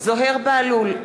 זוהיר בהלול,